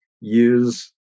use